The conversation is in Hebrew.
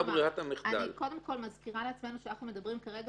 אני מזכירה לעצמנו שאנחנו מדברים כרגע